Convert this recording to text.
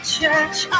Church